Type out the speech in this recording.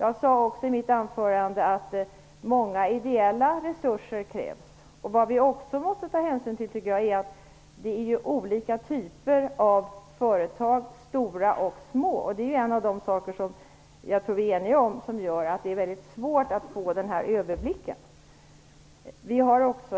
Jag sade vidare i mitt huvudanförande att många ideella resurser krävs, och vad vi också måste ta hänsyn till, tycker jag, är att det är olika typer av företag, stora och små. Det är en av de saker som gör -- jag tror att vi är ense om det -- att det är väldigt svårt att få överblick. Det sker också,